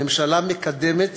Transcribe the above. הממשלה מקדמת